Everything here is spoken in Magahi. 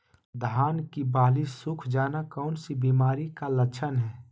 धान की बाली सुख जाना कौन सी बीमारी का लक्षण है?